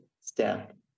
step